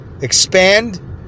expand